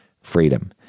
freedom